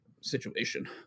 situation